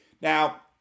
Now